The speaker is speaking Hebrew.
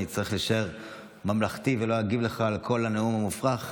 אני אצטרך להישאר ממלכתי ולא אגיב לך על כל הנאום המופרך.